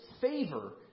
favor